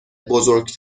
بزرگ